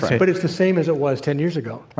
but it's the same as it was ten years ago.